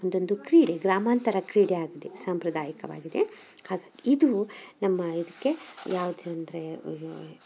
ಅದೊಂದು ಕ್ರೀಡೆ ಗ್ರಾಮಾಂತರ ಕ್ರೀಡೆ ಆಗಿದೆ ಸಾಂಪ್ರದಾಯಿಕವಾಗಿದೆ ಹಾಗಾಗಿ ಇದೂ ನಮ್ಮ ಇದಕ್ಕೆ ಯಾವುದು ಅಂದರೆ